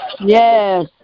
Yes